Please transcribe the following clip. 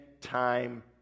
time